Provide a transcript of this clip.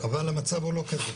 המצב הוא לא כזה,